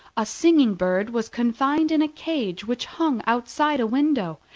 a singing-bird was confined in a cage which hung outside a window,